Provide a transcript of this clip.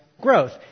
growth